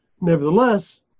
Nevertheless